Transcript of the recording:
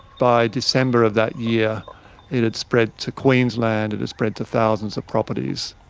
by december of that year it had spread to queensland. it had spread to thousands of properties.